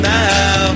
now